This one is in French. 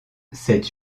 cette